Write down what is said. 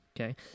okay